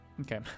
Okay